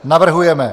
Navrhujeme: